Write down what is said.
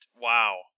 wow